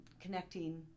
connecting